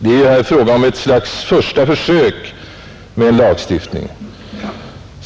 Det är här fråga om ett slags första försök med en lagstiftning.